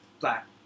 black